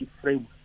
framework